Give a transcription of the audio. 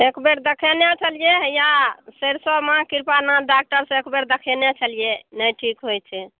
एकबेर देखेने छलियै हैया सरिसबमे कृपानन्द डाक्टरसँ एकबेर देखेने छलियै नहि ठीक होइत छै